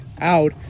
out